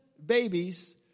Babies